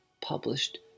published